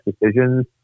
decisions